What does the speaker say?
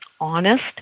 honest